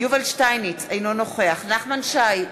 יובל שטייניץ, אינו נוכח נחמן שי,